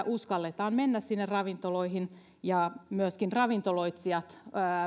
uskalletaan mennä niihin ravintoloihin ja että myöskin ravintoloitsijat